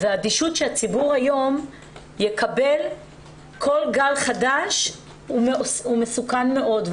והאדישות שבה הציבור היום יקבל כל גל חדש מסוכנות מאוד.